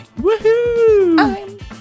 Woohoo